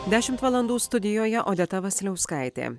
dešimt valandų studijoje odeta vasiliauskaitė